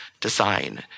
design